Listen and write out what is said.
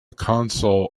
console